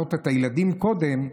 להעלות את הילדים קודם,